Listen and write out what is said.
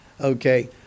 okay